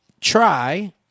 try –